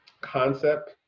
concept